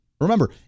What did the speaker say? Remember